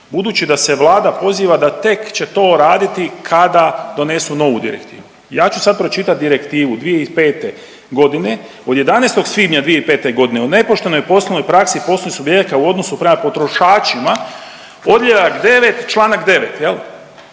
Budući da se Vlada poziva da tek će to raditi kada donesu novu direktivu, ja ću sad pročitat Direktivu 2005.g., od 11. svibnja 2005.g. o nepoštenoj poslovnoj praksi poslovnih subjekata u odnosu prema potrošačima, odjeljak 9., čl. 9.